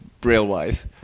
braille-wise